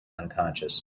unconscious